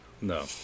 No